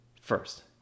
First